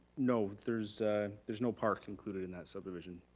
no, there's there's no park included in that subdivision.